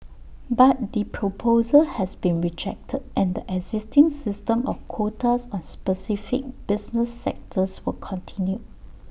but the proposal has been rejected and the existing system of quotas on specific business sectors will continue